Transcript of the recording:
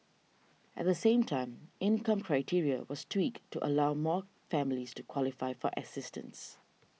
at the same time income criteria was tweaked to allow more families to qualify for assistance